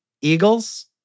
eagles